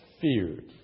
feared